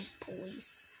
police